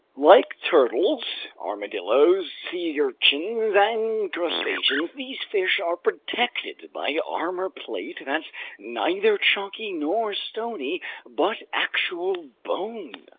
like turtles, armadillos, sea urchins, and crustaceans, these fish are protected by armor plate that's neither chalky nor stony but actual bone.